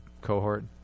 cohort